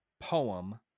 poem